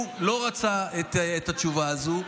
הוא לא רצה את התשובה הזאת,